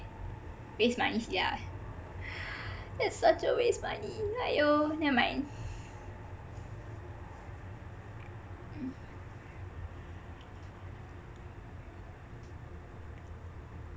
waste money sia that's such a waste money !aiyo! nevermind